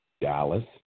Dallas